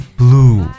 blue